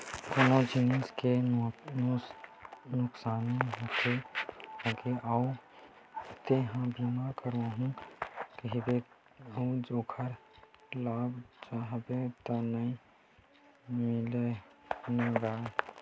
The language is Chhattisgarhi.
कोनो जिनिस के नुकसानी होगे अउ तेंहा बीमा करवाहूँ कहिबे अउ ओखर लाभ चाहबे त नइ मिलय न गोये